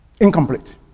Incomplete